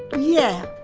yeah,